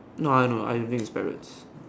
no I no I don't think it's parrots